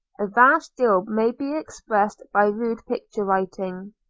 a vast deal may be expressed by rude picture-writing.